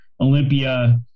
Olympia